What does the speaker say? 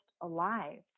alive